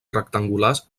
rectangulars